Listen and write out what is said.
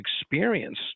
experience